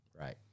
Right